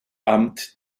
amt